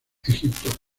egipto